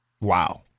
Wow